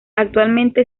actualmente